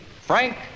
Frank